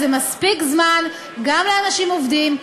זה מספיק זמן גם לאנשים עובדים.